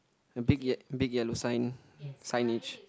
a big ye~ big yellow sign signage